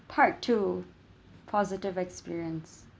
part two positive experience